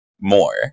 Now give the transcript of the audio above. more